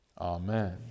Amen